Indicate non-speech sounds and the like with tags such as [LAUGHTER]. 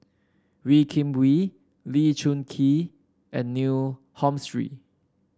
Wee Kim Wee Lee Choon Kee and Neil [UNINTELLIGIBLE]